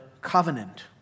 covenant